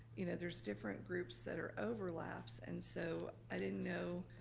you know, there's different groups that are overlaps. and so i didn't know,